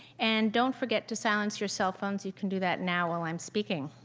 and don't forget to silence your cell phones, you can do that now while i'm speaking.